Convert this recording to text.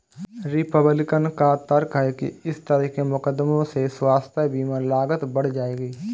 Republican का तर्क है कि इस तरह के मुकदमों से स्वास्थ्य बीमा लागत बढ़ जाएगी